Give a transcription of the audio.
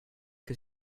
que